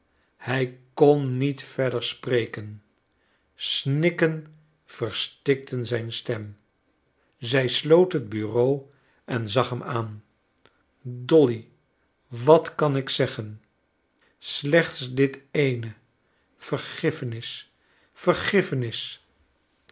hij kon niet verder spreken snikken verstikten zijn stem zij sloot het bureau en zag hem aan dolly wat kan ik zeggen slechts dit eene vergiffenis vergiffenis